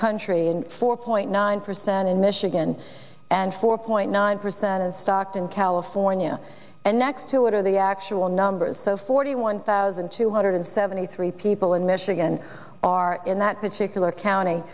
country in four point nine percent in michigan and four point nine percent in stockton california and next to it are the actual numbers so forty one thousand two hundred seventy three people in michigan are in that particular county